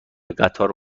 قطار